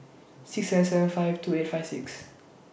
six seven seven five two eight five six